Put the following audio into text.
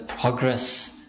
progress